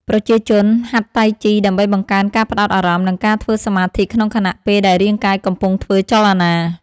ប្រជាជនហាត់តៃជីដើម្បីបង្កើនការផ្ដោតអារម្មណ៍ និងការធ្វើសមាធិក្នុងខណៈពេលដែលរាងកាយកំពុងធ្វើចលនា។